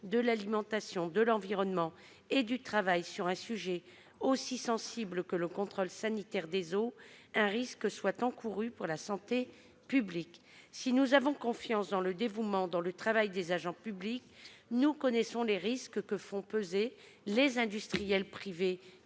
de l'alimentation, de l'environnement et du travail (Anses) à un sujet aussi sensible que le contrôle sanitaire des eaux, on ne fasse courir un risque à la santé publique. Si nous avons confiance dans le dévouement et le travail des agents publics, nous connaissons les risques engendrés par les industriels privés,